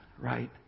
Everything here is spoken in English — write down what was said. Right